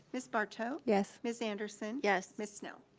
ms. barto? yes. ms. anderson? yes. ms. snell?